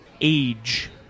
age